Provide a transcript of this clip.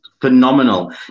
phenomenal